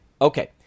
okay